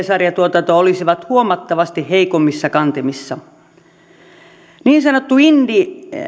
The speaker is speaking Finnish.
sarjatuotanto olisivat huomattavasti heikommissa kantimissa myös niin sanotut indie